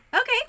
okay